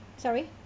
sorry